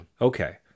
Okay